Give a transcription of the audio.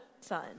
son